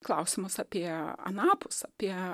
klausimas apie anapus apie